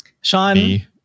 Sean